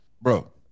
Bro